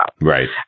Right